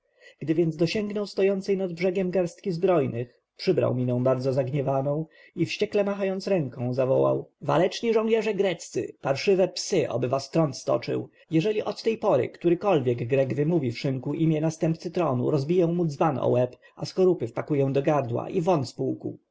gdy więc dosięgnął stojącej nad brzegiem garstki zbrojnych przybrał minę bardzo zagniewaną i wściekle machając rękoma zawołał waleczni żołnierze greccy parszywe psy oby was trąd stoczył jeżeli od tej pory którykolwiek grek wymówi w szynku imię następcy tronu rozbiję mu dzban o łeb a skorupy wpakuję do gardła i won